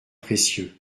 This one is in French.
précieux